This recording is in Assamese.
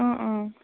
অঁ অঁ